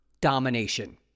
domination